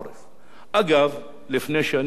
לפני שאמשיך להתייחס לנקודה הזו,